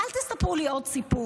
אל תספרו לי עוד סיפור,